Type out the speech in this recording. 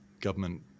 government